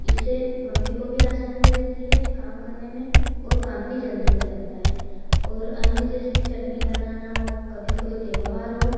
इससे मम्मी को भी आसानी रहती है काम करने में और काम भी जल्दी हो जाता है और अन्य जैसे चटनी बनाना हो कभी कोई त्योहार हो